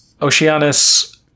Oceanus